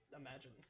imagine